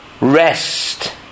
Rest